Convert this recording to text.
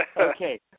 Okay